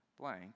blank